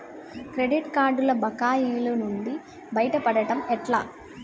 Credit కార్డుల బకాయిల నుండి బయటపడటం ఎట్లా?